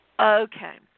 Okay